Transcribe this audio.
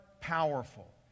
powerful